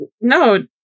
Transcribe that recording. No